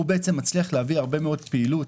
הוא מצליח להביא הרבה מאוד פעילות